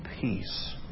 peace